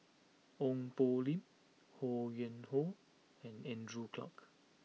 Ong Poh Lim Ho Yuen Hoe and Andrew Clarke